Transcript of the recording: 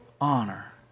honor